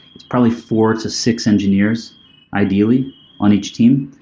it's probably four to six engineers ideally on each team,